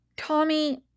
Tommy